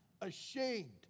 ashamed